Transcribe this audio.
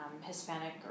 Hispanic